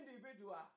individual